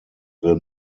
will